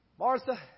Martha